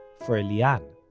for elian